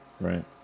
right